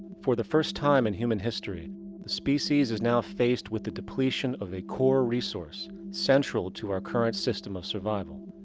for the first time in human history the species is now faced with the depletion of a core resource central to our current system of survival.